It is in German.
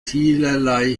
vielerlei